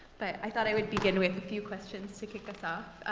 but i thought i would begin with a few questions to kick us ah